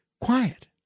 quiet